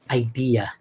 idea